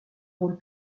rôle